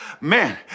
man